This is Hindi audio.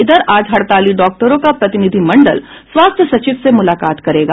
इधर आज हड़ताली डॉक्टरों का प्रतिनिधि मंडल स्वास्थ्य सचिव से मुलाकात करेगा